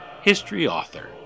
historyauthor